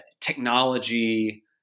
technology